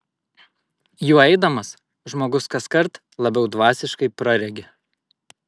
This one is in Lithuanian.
juo eidamas žmogus kaskart labiau dvasiškai praregi